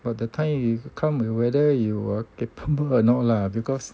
but the time you come with whether you're capable or not lah because